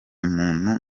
muntu